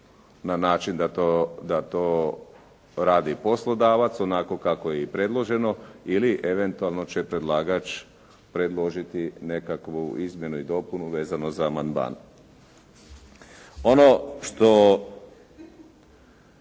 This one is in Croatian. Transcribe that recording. na način da to radi poslodavac onako kako je i predloženo ili eventualno će predlagač predložiti nekakvu izmjenu i dopunu vezanu za amandman. Ono što